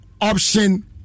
option